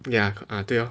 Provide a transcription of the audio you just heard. yeah 对 lor